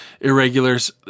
irregulars